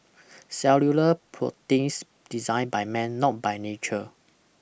cellular proteins designed by man not by nature